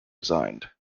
resigned